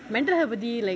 mental health actually like